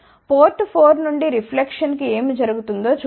port 4 నుండి reflection కి ఏమి జరుగుతుందో చూద్దాం